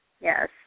Yes